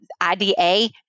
IDA